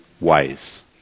ways